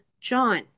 John